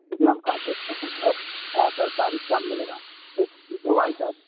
लेकिन हम हाँ सरकारी काम में लगाए तो व्हाइट आती है